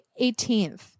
18th